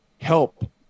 help